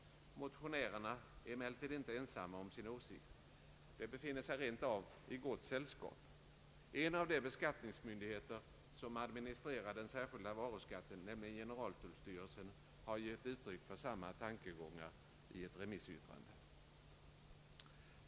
Motionärerna är emellertid inte ensamma om sin åsikt. De befinner sig rent av i gott sällskap. En av de beskattningsmyndigheter som administrerar den särskilda varuskatten, nämligen generaltullstyrelsen, har gett uttryck för samma tankegångar i sitt remissyttrande.